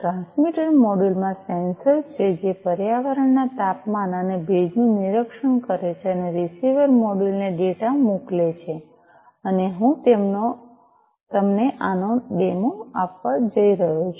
transmitter module માં sensor છે જે પર્યાવરણના તાપમાન અને ભેજનું નિરીક્ષણ કરે છે અને રીસીવર મોડ્યુલ ને ડેટા મોકલે છે અને હું તમને આનો ડેમો આપવા જઈ રહ્યો છું